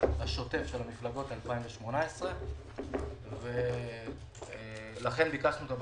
והשוטף של המפלגות 2018. לכן ביקשנו את הבקשה,